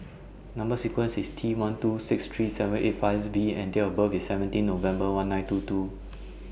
Number sequence IS T one two six three seven eight fives V and Date of birth IS seventeen November one nine two two